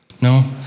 No